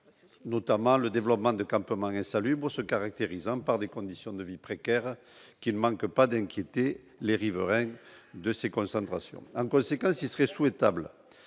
notamment le développement de campements insalubres se caractérisant par des conditions de vie précaires, qui ne manquent pas d'inquiéter les riverains. En conséquence, il serait souhaitable